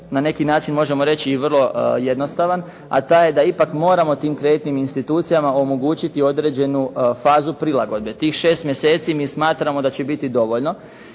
na neki način možemo reći vrlo jednostavan, a taj je da ipak moramo tim kreditnim institucijama omogućiti određenu fazu prilagodbe. Tih šest mjeseci mi smatramo da će biti dovoljno,